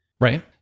Right